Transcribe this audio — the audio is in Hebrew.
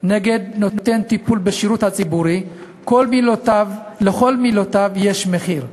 נגד נותן טיפול בשירות הציבורי: לכל מילותיו יש מחיר,